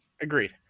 agreed